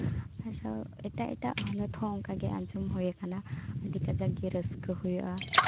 ᱟᱨ ᱮᱴᱟᱜ ᱮᱴᱟᱜ ᱦᱚᱱᱚᱛ ᱦᱚᱸ ᱚᱱᱠᱟᱜᱮ ᱟᱸᱡᱚᱢ ᱦᱩᱭ ᱠᱟᱱᱟ ᱟᱹᱰᱤ ᱠᱟᱡᱟᱠ ᱜᱮ ᱨᱟᱹᱥᱠᱟᱹ ᱦᱩᱭᱩᱜᱼᱟ